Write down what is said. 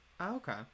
okay